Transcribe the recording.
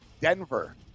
Denver